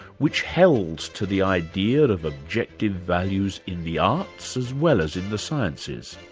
which held to the idea of objective values in the arts, as well as in the sciences.